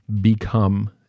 become